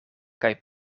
kaj